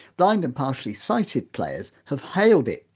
blind and partially sighted players have hailed it,